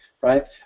right